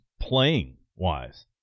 playing-wise